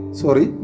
sorry